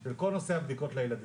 של כל נושא הבדיקות לילדים.